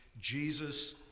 Jesus